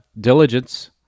diligence